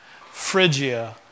Phrygia